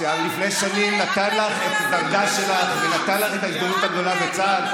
שלפני שנים נתן לך את הדרגה שלך ונתן לך את ההזדמנות הגדולה בצה"ל.